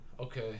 Okay